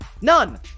None